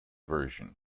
version